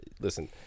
Listen